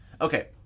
okay